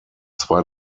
zwei